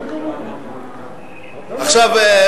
ברגע שיהיה לו,